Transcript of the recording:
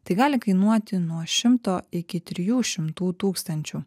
tai gali kainuoti nuo šimto iki trijų šimtų tūkstančių